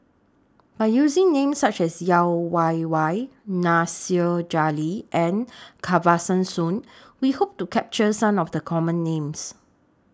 By using Names such as Yeo Wei Wei Nasir Jalil and Kesavan Soon We Hope to capture Some of The Common Names